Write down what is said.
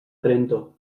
trento